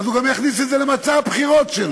אז הוא גם יכניס את זה למצע הבחירות שלו.